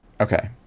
okay